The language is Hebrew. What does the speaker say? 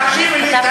תקשיבי לי,